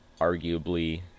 arguably